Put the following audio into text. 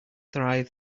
thrive